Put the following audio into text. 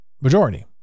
majority